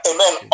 Amen